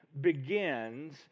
begins